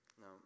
Now